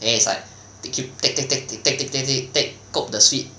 then it's like they keep take take take take take take take cope the sweet